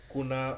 Kuna